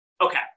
okay